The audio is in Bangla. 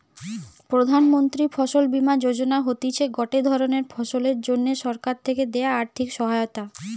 প্রধান মন্ত্রী ফসল বীমা যোজনা হতিছে গটে ধরণের ফসলের জন্যে সরকার থেকে দেয়া আর্থিক সহায়তা